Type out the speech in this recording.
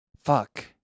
Fuck